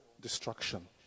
destruction